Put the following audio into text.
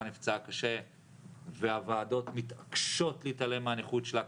נפצעה קשה והוועדות מתעקשות להתעלם מהנכות שלה.